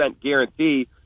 guarantee